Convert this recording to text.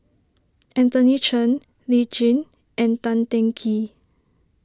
Anthony Chen Lee Tjin and Tan Teng Kee